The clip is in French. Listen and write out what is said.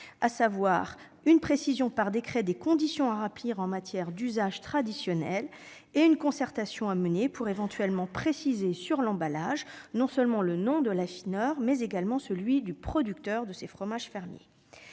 Sénat : une précision par décret des conditions à remplir, en matière d'usages traditionnels, et une concertation à mener pour éventuellement préciser sur l'emballage non seulement le nom de l'affineur, mais également celui du producteur de ces fromages fermiers.